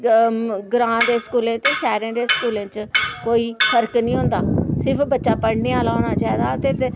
ग्रां दे स्कूलें च ते शैह्रें दे स्कूलें च कोई फर्क निं होंदा सिर्फ बच्चा पढ़ने आह्ला होना चाहिदा ते